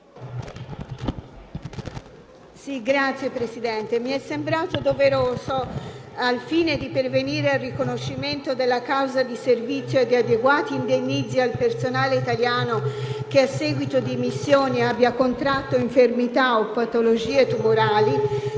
Signor Presidente, mi è sembrato doveroso, al fine di pervenire al riconoscimento della causa di servizio e di adeguati indennizzi al personale italiano che a seguito di missioni abbia contratto infermità o patologie tumorali